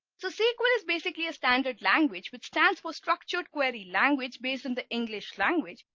so sql is basically a standard language which stands for structured query language based on the english language.